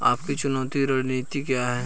आपकी चुकौती रणनीति क्या है?